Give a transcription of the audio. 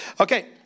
Okay